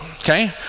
Okay